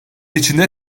içinde